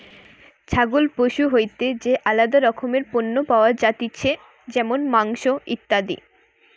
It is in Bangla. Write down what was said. ছাগল পশু হইতে যে আলাদা রকমের পণ্য পাওয়া যাতিছে যেমন মাংস, ইত্যাদি